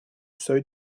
seuil